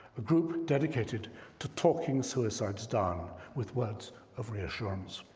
a group dedicated to talking suicides down with words of reassurance.